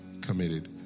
committed